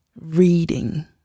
reading